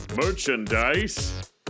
Merchandise